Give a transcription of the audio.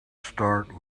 start